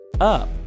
up